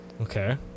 okay